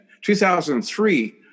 2003